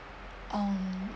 um